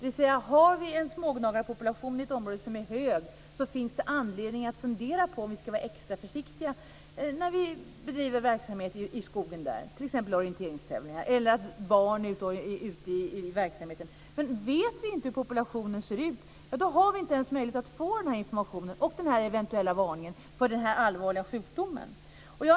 Har man en hög smågnagarpopulation i ett område, finns det alltså anledning att vara extra försiktig när man bedriver verksamhet i skogen, som t.ex. orienteringstävlingar, eller låter barn vistas där. Men vet man inte hur populationen ser ut, har vi inte någon möjlighet att få den informationen och eventuella varningen för den här allvarliga sjukdomen.